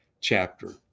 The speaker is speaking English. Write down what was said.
chapter